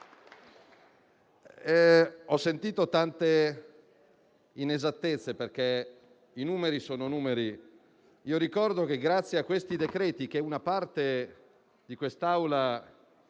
Ho sentito tante inesattezze, perché i numeri sono numeri. Io ricordo che, grazie a questi decreti che una parte di questa